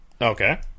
Okay